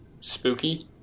spooky